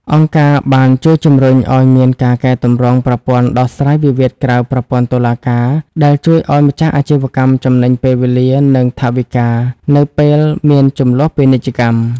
អង្គការបានជួយជម្រុញឱ្យមានការកែទម្រង់ប្រព័ន្ធដោះស្រាយវិវាទក្រៅប្រព័ន្ធតុលាការ ដែលជួយឱ្យម្ចាស់អាជីវកម្មចំណេញពេលវេលា និងថវិកានៅពេលមានជម្លោះពាណិជ្ជកម្ម។